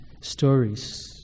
stories